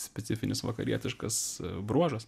specifinis vakarietiškas bruožas